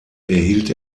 erhielt